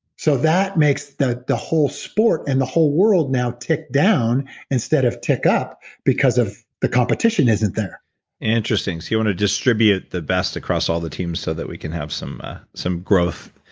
so that makes the the whole sport and the whole world now tick down instead of tick up because of the competition isn't there interesting so you want to distribute the best across all the teams so that we can have some some growth.